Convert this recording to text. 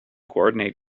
coordinate